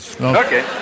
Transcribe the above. Okay